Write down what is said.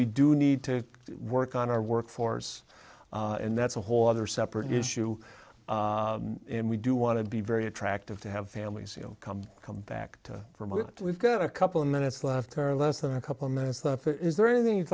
we do need to work on our workforce and that's a whole other separate issue and we do want to be very attractive to have families you know come come back from it we've got a couple of minutes left her less than a couple minutes the is there anything you'd